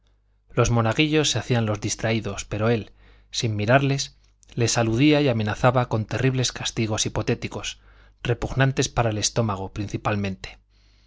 los monaguillos se hacían los distraídos pero él sin mirarles les aludía y amenazaba con terribles castigos hipotéticos repugnantes para el estómago principalmente